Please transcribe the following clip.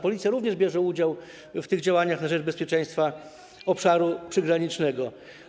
Policja również bierze udział w tych działaniach na rzecz bezpieczeństwa obszaru przygranicznego.